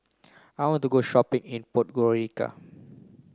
I want to go shopping in Podgorica